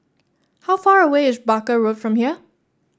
how far away is Barker Road from here